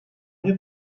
nie